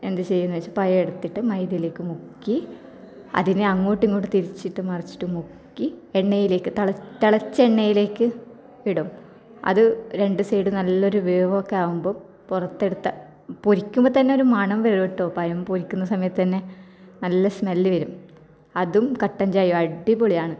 എന്ത് ചെയ്യുമെന്ന് വെച്ചാൽ പഴം എടുത്തിട്ട് മൈദയിലേക്ക് മുക്കി അതിനെ അങ്ങോട്ടും ഇങ്ങോട്ടും തിരിച്ചിട്ട് മറിച്ചിട്ട് മുക്കി എണ്ണയിലേക്ക് തിളച്ച എണ്ണയിലേക്ക് ഇടും അത് രണ്ട് സൈഡും നല്ലൊരു വേവൊക്കെ ആകുമ്പോൾ പുറത്തെടുത്താൽ പൊരിക്കുമ്പോൾ തന്നെ ഒരു മണം വരും കേട്ടോ പഴം പൊരിക്കുന്ന സമയത്ത് തന്നെ നല്ല സ്മെല്ല് വരും അതും കട്ടൻ ചായയും അടിപൊളിയാണ്